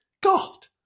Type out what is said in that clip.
God